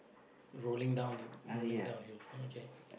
rolling down the rolling downhill oh okay